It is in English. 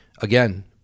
again